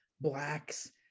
blacks